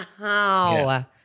Wow